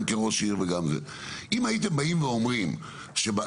גם כראש עיר וגם כ --- אם הייתם באים ואומרים שהתמ"א